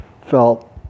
felt